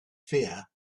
fear